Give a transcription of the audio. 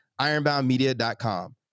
ironboundmedia.com